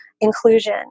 inclusion